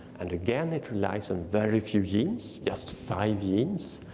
and again, it relies on very few genes. just five genes.